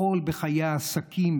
לפעול בחיי העסקים,